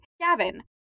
Gavin